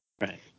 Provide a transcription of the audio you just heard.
Right